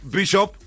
Bishop